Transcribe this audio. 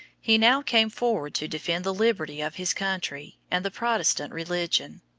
he now came forward to defend the liberty of his country and the protestant religion,